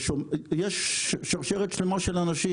זה מחסנאי ומלגזן יש שרשרת שלמה של אנשים.